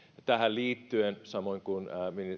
tähän liittyen samoin kuin